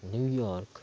New York